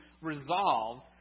resolves